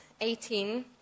18